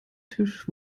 tisch